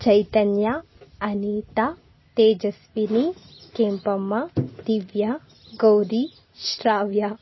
Chaitanya Anita Tejaswini Kempamma Divya Gauri Shravya